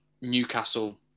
Newcastle